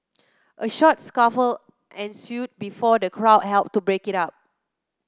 a short scuffle ensued before the crowd helped to break it up